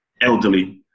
elderly